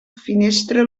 finestra